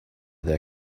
their